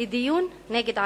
לדיון נגד ערבים.